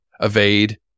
evade